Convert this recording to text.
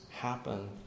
happen